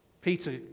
Peter